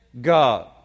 God